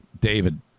David